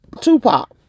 Tupac